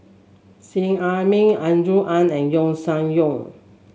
Seet Ai Mee Andrew Ang and Yeo Shih Yun